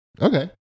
Okay